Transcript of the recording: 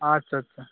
আচ্ছা আচ্ছা